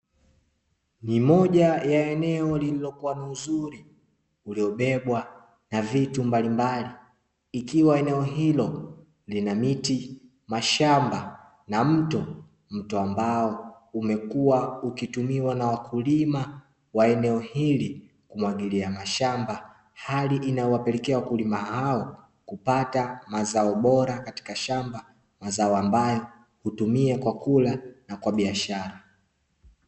Ni moja ya eneo lililokuwa uzuri uliobebwa na vitu mbalimbali, ikiwa eneo hilo lina miti, mashamba na mto, mto ambao umekuwa ukitumiwa na wakulima wa eneo hili kumwagilia mashamba, hali inayowapelekea wakulima hao kupata mazao bora katika shamba, mazao ambayo hutumiwa kwa kula na kwa biashara.